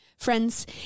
Friends